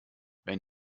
wenn